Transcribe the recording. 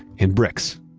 and bricks.